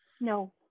No